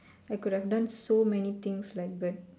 I could have done so many things like but